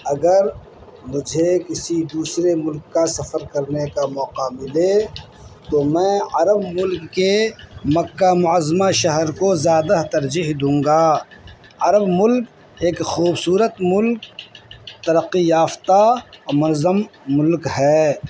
اگر مجھے کسی دوسرے ملک کا سفر کرنے کا موقع ملے تو میں عرب ملک کے مکہ معظمہ شہر کو زیادہ ترجیح دوں گا عرب ملک ایک خوبصورت ملک ترقی یافتہ منظم ملک ہے